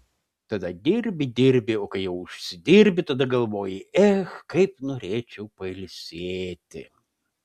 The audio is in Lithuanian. tada dirbi dirbi o kai jau užsidirbi tada galvoji ech kaip norėčiau pailsėti